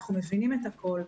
אנחנו מבינים את הכול,